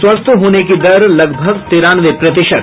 स्वस्थ होने की दर लगभग तिरानवे प्रतिशत